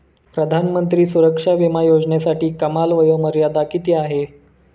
प्रधानमंत्री सुरक्षा विमा योजनेसाठी कमाल वयोमर्यादा किती आहे?